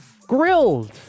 grilled